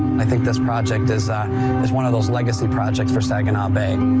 i think this project is ah is one of those legacy projects for saginaw bay.